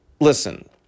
Listen